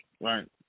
right